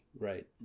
right